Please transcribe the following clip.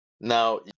Now